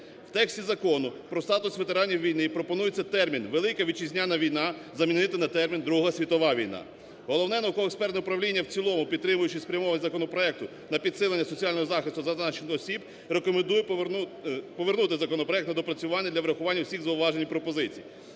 В тексті Закону про статус ветеранів війни пропонується термін "Велика Вітчизняна війна" замінити на термін "Друга світова війна". Головне науково-експертне управління в цілому, підтримуючи спрямованість законопроекту на підсилення соціального захисту зазначених осіб, рекомендує повернути законопроект на доопрацювання для врахування всіх зауважень і пропозицій.